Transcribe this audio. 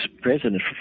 president